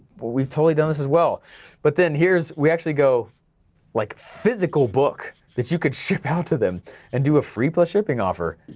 we've totally done this as well but then here's, we actually go like physical book that you can ship out to them and do a free plus shipping offer.